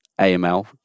AML